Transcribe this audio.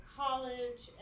college